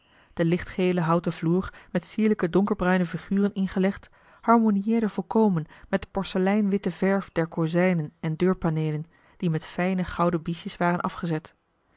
de lichtgele houten vloer met sierlijke donkerbruine figuren ingelegd harmonieerde volkomen met de porselein witte verf der kozijnen en deurpaneelen die met fijne gouden biesjes waren afgezet